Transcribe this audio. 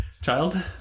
Child